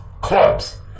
clubs